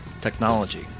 technology